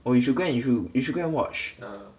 oh you should go and you should you should go and watch